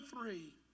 three